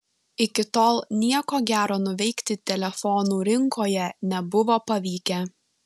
iki tol nieko gero nuveikti telefonų rinkoje nebuvo pavykę